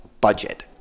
budget